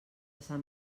sant